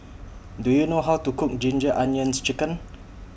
Do YOU know How to Cook Ginger Onions Chicken